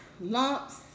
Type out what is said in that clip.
lumps